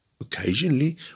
Occasionally